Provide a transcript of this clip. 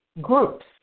groups